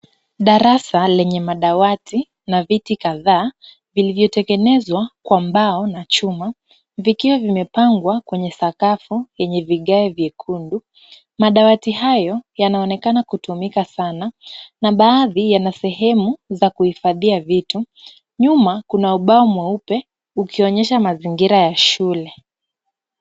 Darasa lenye madawati ,na viti kadhaa vilivyotengenezwa kwa mbao na chuma, vikiwa vimepangwa kwenye sakafu yenye vigae vyekundu ,madawati hayo yanaonekana kutumika sana na baadhi yana sehemu za kuhifadhia vitu, nyuma kuna ubao mweupe ukionyesha mazingira ya shule.